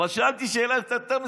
אבל שאלתי שאלה קצת יותר מסובכת: